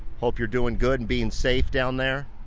hope you're doing good and being safe down there.